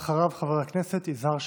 ואחריו, חבר הכנסת יזהר שי.